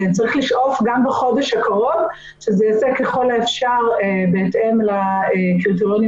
וצריך לשאוף גם בחודש הקרוב שזה ייעשה ככל האפשר בהתאם לקריטריונים